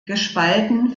gespalten